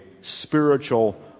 spiritual